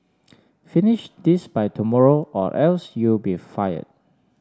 finish this by tomorrow or else you'll be fired